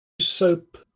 SOAP